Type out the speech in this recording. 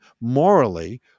morally